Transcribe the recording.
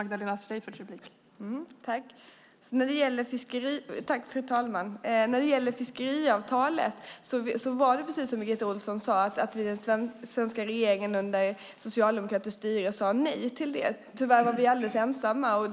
Fru talman! När det gäller fiskeavtalet var det precis så, som Birgitta Ohlsson sade, att den svenska regeringen under socialdemokratiskt styre sade nej till det. Tyvärr var vi helt ensamma.